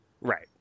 Right